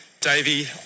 Davey